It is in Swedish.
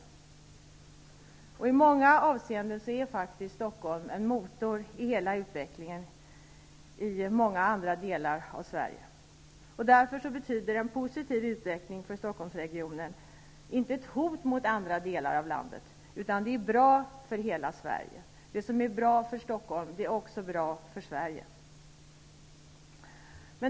Stockholm är i många avseenden faktiskt en motor i hela utvecklingen i många andra delar av Sverige. Därför betyder en positiv utveckling för Stockholmsregionen inte ett hot mot andra delar av landet, utan det är bra för hela Sverige. Det som är bra för Stockholm är också bra för Sverige.